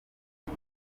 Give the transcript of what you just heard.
nzi